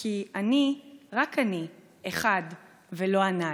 / כי אני רק אני אחד ולא שניים."